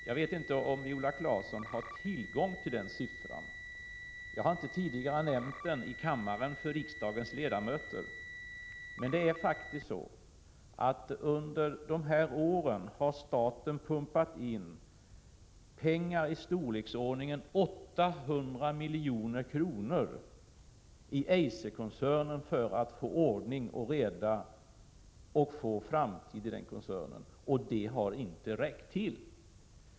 Jag vet inte om Viola Claesson har tillgång till siffran, och jag har inte tidigare nämnt den i kammaren för riksdagens ledamöter, men staten har faktiskt under dessa år pumpat in pengar i storleksordningen 800 milj.kr. i Eiserkoncernen för att få ordning och reda och få framtid i koncernen. Det har inte räckt till.